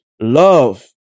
love